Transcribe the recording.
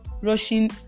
rushing